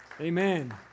Amen